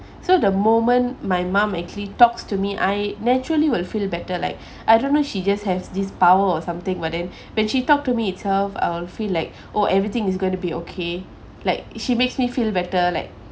so the moment my mom actually talks to me I naturally will feel better like I don't know she just has this power or something but then when she talk to me itself I will feel like oh everything is going to be okay like she makes me feel better like